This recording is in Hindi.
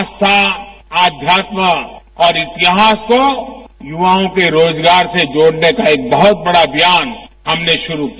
आस्था आध्यारत्मा और इतिहास को युवाओं के रोजगार से जोड़ने का एक बहुत बड़ा अभियान हमने शुरू किया